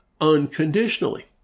unconditionally